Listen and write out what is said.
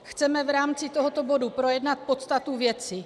Chceme v rámci tohoto bodu projednat podstatu věci.